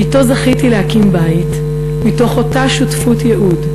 שאתו זכיתי להקים בית מתוך אותה שותפות ייעוד,